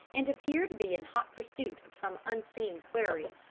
and appear to be in hot pursuit of some unseen quarry.